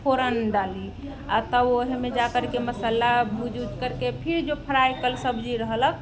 फोरन डालली आओर तब ओहिमे जाकरके मसल्ला भूजि उजि करके फिर जो फ्राइ कैल सब्जी रहलक